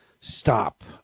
stop